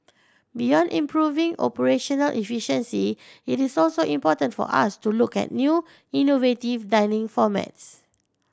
beyond improving operational efficiency it is also important for us to look at new innovative dining formats